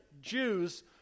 Jews